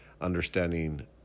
understanding